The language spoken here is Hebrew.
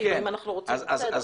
אם אנחנו רוצים בסדר.